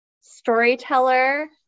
storyteller